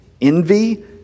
envy